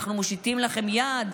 אנחנו מושיטים לכם יד,